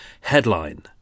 Headline